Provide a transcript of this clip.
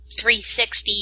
360